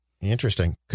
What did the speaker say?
Interesting